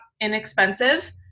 inexpensive